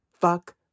fuck